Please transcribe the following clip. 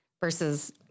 versus